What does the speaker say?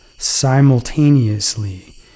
simultaneously